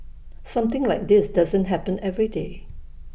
something like this doesn't happen every day